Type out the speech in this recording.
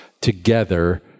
together